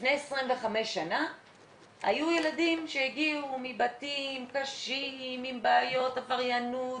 לפני 25 שנה היו ילדים שהגיעו מבתים קשים עם בעיות עבריינות,